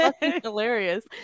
hilarious